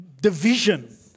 division